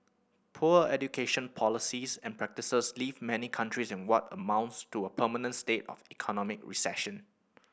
poor education policies and practices leave many countries in what amounts to a permanent state of economic recession